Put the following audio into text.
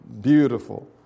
Beautiful